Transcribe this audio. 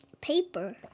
paper